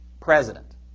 president